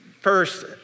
first